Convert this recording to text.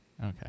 Okay